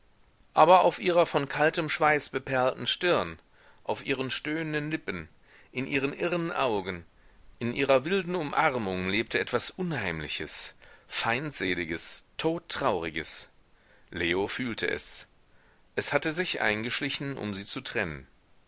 aber auf ihrer von kaltem schweiß beperlten stirn auf ihren stöhnenden lippen in ihren irren augen in ihrer wilden umarmung lebte etwas unheimliches feindseliges todtrauriges leo fühlte es es hatte sich eingeschlichen um sie zu trennen